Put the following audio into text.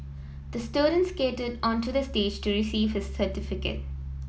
the student skated onto the stage to receive his certificate